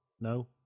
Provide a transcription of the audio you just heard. No